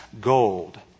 gold